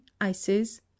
ices